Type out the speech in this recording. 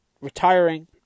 retiring